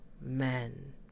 men